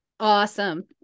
Awesome